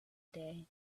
day